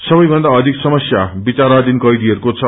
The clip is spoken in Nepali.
सबै भन्दा अधिक समस्य विचाराधीन कैदीहरूको छ